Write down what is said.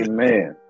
Amen